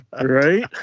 right